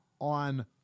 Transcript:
on